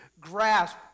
grasp